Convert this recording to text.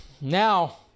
Now